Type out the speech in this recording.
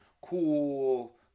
cool